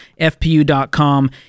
FPU.com